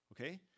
okay